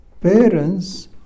parents